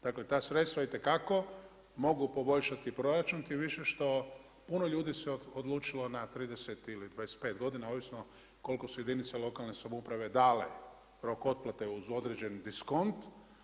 Dakle, ta sredstva itekako mogu poboljšati proračun tim više što puno ljudi se odlučilo na 30 ili 25 godina ovisno koliko su jedinice lokalne samouprave dale rok otplate uz određen diskont.